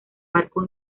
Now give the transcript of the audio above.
barco